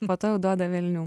po to jau duoda velnių